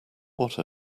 what